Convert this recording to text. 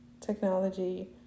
technology